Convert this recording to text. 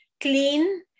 clean